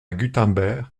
gutenberg